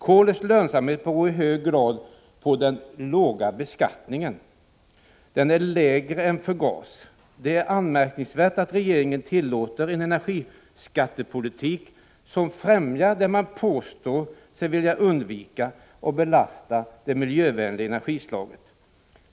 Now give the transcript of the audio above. Kolets lönsamhet beror i hög grad på dess låga beskattning — lägre än för gas. Det är anmärkningsvärt att regeringen tillåter en energiskattepolitik som främjar det som man påstår sig vilja undvika och belastar det miljövänliga energislaget.